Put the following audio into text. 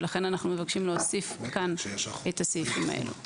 ולכן אנחנו מבקשים להוסיף כאן את הסעיפים האלו.